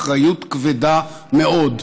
אחריות כבדה מאוד: